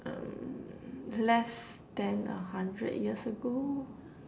um less than a hundred years ago